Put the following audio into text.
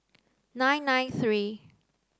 nine nine three